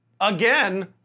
again